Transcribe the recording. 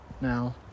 now